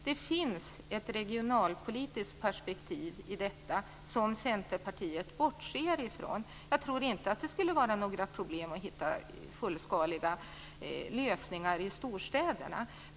Det finns ett regionalpolitiskt perspektiv i detta som Centerpartiet bortser ifrån. Jag tror inte att det skulle vara några problem att hitta fullskaliga lösningar för storstäderna.